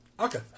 Okay